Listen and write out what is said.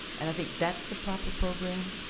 and i think that's the proper program,